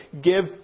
give